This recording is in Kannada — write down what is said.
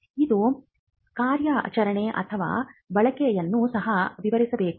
ಇದು ಕಾರ್ಯಾಚರಣೆ ಅಥವಾ ಬಳಕೆಯನ್ನು ಸಹ ವಿವರಿಸಬೇಕು